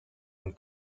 one